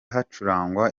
hacurangwa